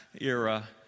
era